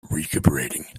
recuperating